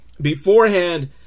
Beforehand